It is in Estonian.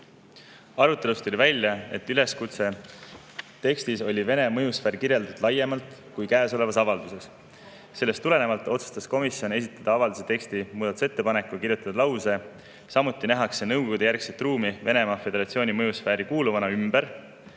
tuli välja, et üleskutse tekstis oli Vene mõjusfääri kirjeldatud laiemalt kui käesolevas avalduses. Sellest tulenevalt otsustas komisjon esitada avalduse teksti kohta muudatusettepaneku ja kirjutada lause "Samuti nähakse kogu nõukogude-järgset ruumi Venemaa Föderatsiooni mõjusfääri kuuluvana,"